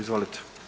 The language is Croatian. Izvolite.